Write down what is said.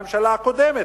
הממשלה הקודמת,